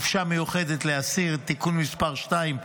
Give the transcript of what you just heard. (חופשה מיוחדת לאסיר) (תיקון מס' 2),